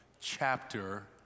chapter